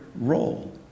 role